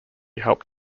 helped